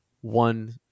one